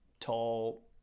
tall